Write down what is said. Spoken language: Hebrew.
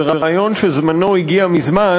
זה רעיון שזמנו הגיע מזמן,